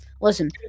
Listen